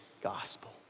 gospel